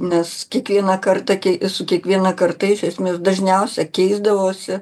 nes kiekvieną kartą su kiekviena karta iš esmės dažniausia keisdavosi